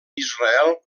israel